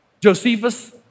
Josephus